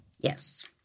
Yes